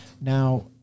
Now